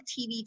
TV